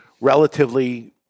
relatively